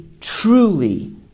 truly